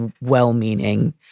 well-meaning